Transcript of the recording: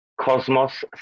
Cosmos